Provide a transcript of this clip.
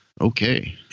Okay